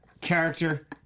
character